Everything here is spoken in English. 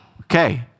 Okay